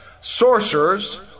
Sorcerers